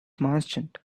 merchant